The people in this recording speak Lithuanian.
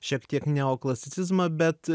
šiek tiek neoklasicizmą bet